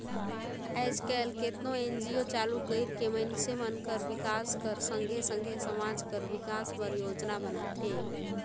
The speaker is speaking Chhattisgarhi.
आएज काएल केतनो एन.जी.ओ चालू कइर के मइनसे मन कर बिकास कर संघे संघे समाज कर बिकास बर योजना बनाथे